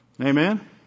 Amen